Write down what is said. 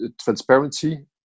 transparency